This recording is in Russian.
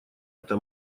эта